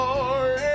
Lord